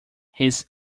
his